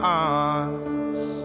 arms